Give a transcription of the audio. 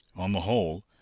on the whole,